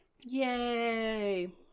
Yay